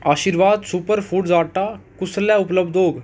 आशीर्वाद super food आटा कुसलै उपलब्ध होग